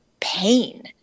pain